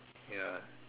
ya